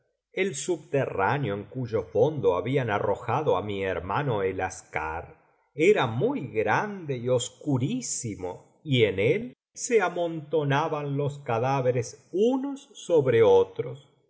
el subterráneo en cuyo fondo habían arrojado á mi hermano el aschar era muy grande y oscurísimo y en él se amontonaban los cadáveres unos sobre otros allí